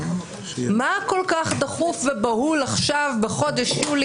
מה כל כך דחוף ובהול עכשיו, בחודש יולי?